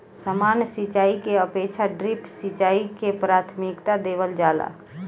सामान्य सिंचाई के अपेक्षा ड्रिप सिंचाई के प्राथमिकता देवल जाला